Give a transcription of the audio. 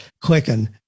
clicking